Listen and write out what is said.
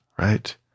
right